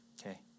okay